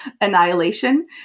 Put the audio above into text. annihilation